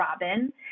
Robin